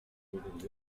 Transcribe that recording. included